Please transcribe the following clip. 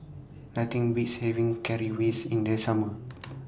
Nothing Beats having Currywurst in The Summer